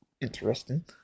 interesting